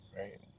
right